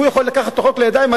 הוא יכול לקחת את החוק לידיים?